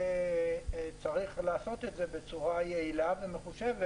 צריך לעשות את זה בצורה מחושבת.